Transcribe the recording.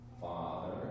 Father